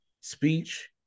speech